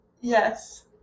Yes